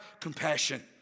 compassion